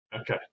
Okay